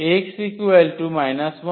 x 1 এবং x 2